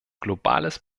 globales